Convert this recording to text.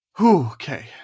okay